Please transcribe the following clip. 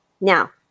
Now